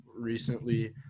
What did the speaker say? recently